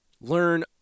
learn